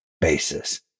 basis